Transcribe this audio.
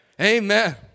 Amen